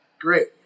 Great